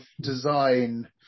design